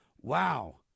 Wow